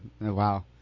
Wow